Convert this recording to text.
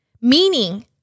meaning